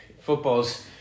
Football's